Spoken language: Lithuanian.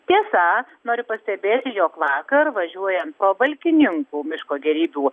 tiesa noriu pastebėti jog vakar važiuojant pro valkininkų miško gėrybių